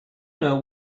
know